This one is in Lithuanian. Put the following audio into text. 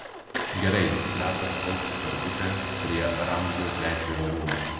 gerai metas plaukti per upę prie ramzio trečiojo rūmų